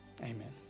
Amen